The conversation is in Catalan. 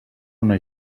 una